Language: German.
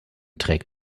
trägt